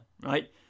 Right